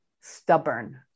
stubborn